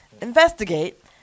investigate